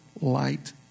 light